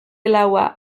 laua